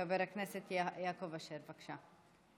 חבר הכנסת יעקב אשר, בבקשה.